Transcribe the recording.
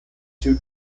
two